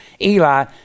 Eli